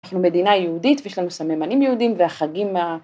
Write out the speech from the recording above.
אנחנו מדינה יהודית ויש לנו סממנים יהודים והחגים.